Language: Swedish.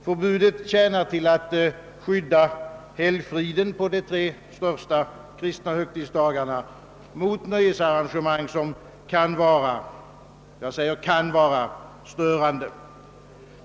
Förbudet tjänar till att skydda helgfriden på de tre största kristna högtidsdagarna mot nöjesarrangemang som kan — jag säger kan vara störande.